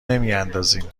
نمیندازیم